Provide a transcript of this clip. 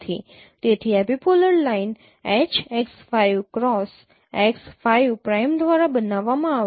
તેથી epipolar line H x 5 cross x 5 prime દ્વારા બનાવવામાં આવશે